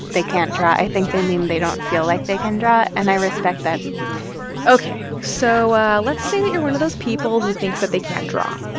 they can't draw, i think they mean they don't feel like they can draw. and i respect that ok. so let's say that you're one of those people who thinks that they can't draw,